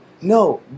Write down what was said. no